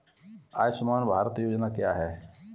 आयुष्मान भारत योजना क्या है?